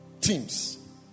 teams